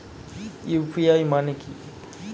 UPI মানে কি?